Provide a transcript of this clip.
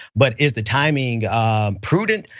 but is the timing prudent?